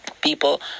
people